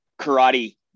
karate